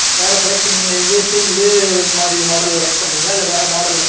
வேறு கலெக்ஷன் நீங்கள் இதே சேம் இதே மாதிரி மாடல் லைக் பண்ணுறீங்களா இல்லை வேறு மாடலில்